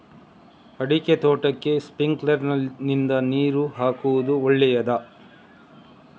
ಅಡಿಕೆ ತೋಟಕ್ಕೆ ಸ್ಪ್ರಿಂಕ್ಲರ್ ನಿಂದ ನೀರು ಹಾಕುವುದು ಒಳ್ಳೆಯದ?